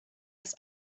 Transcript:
das